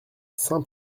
saint